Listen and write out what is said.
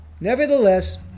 Nevertheless